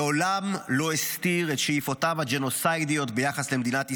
מעולם לא הסתיר את שאיפותיו הג'נוסיידיות ביחס למדינת ישראל.